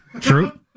True